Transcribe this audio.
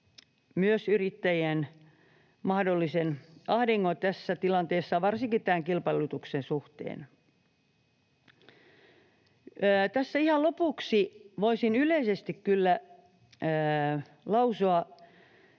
yrittäjien mahdollisen ahdingon tässä tilanteessa varsinkin tämän kilpailutuksen suhteen. Tässä ihan lopuksi voisin yleisesti kyllä lausua